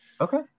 Okay